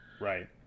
Right